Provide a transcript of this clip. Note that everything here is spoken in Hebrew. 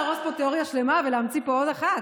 אי-אפשר להרוס פה תיאוריה שלמה ולהמציא פה עוד אחת.